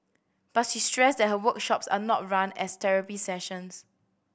but she stressed that her workshops are not run as therapy sessions